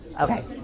Okay